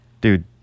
Dude